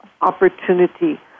opportunity